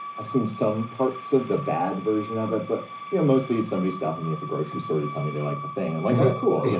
i've seen some parts of the bad version of it, but you know, mostly it's somebody stopping me at the grocery store to tell me they like the thing. i'm like, oh cool, yeah